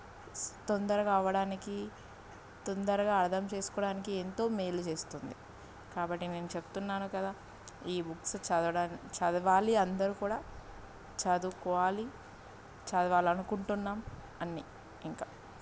స్ తొందరగా అవ్వడానికి తొందరగా అర్థం చేసుకోవడానికి ఎంతో మేలు చేస్తుంది కాబట్టి నేను చెప్తున్నాను కదా ఈ బుక్స్ చదవడానికి చదవాలి అందరు కూడా చదువుకోవాలి చదవాలి అనుకుంటున్నాం అన్నీ ఇంకా